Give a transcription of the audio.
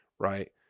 Right